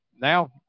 now